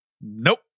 nope